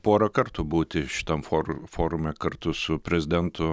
porą kartų būti šitam foru forume kartu su prezidentu